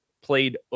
played